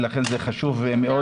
ולכן זה חשוב מאוד.